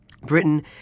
Britain